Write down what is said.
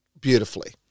beautifully